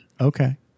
Okay